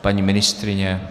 Paní ministryně?